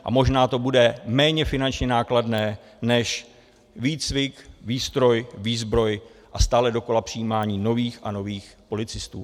A možná to bude méně finančně nákladné než výcvik, výstroj, výzbroj a stále dokola přijímání nových a nových policistů.